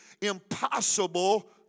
impossible